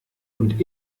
und